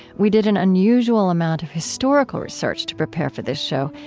we did an unusual amount of historical research to prepare for this show.